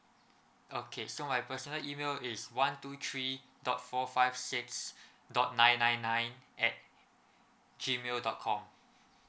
okay so my personal email is one two three dot four five six dot nine nine nine at G mail dot com